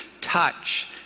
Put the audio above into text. Touch